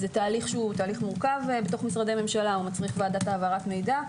זה תהליך הוא תהליך מורכב בתוך משרדי ממשלה והוא מצריך ועדת העברת מידע.